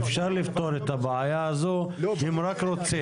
אפשר לפתור את הבעיה הזאת אם רק רוצים.